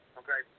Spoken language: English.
okay